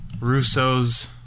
Russo's